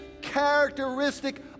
characteristic